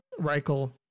Reichel